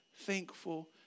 thankful